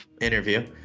interview